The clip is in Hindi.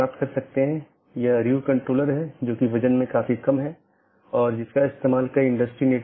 इसका मतलब है कि कौन से पोर्ट और या नेटवर्क का कौन सा डोमेन आप इस्तेमाल कर सकते हैं